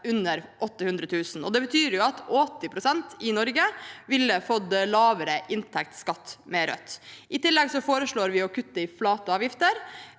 under 800 000 kr. Det betyr at 80 pst. i Norge ville fått lavere inntektsskatt med Rødt. I tillegg foreslår vi å kutte i flate avgifter,